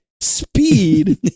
Speed